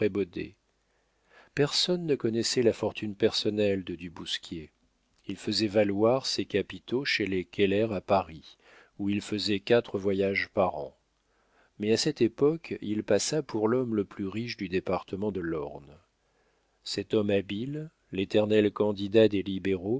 personne ne connaissait la fortune personnelle de du bousquier il faisait valoir ses capitaux chez les keller à paris où il faisait quatre voyages par an mais à cette époque il passa pour l'homme le plus riche du département de l'orne cet homme habile l'éternel candidat des libéraux